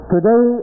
Today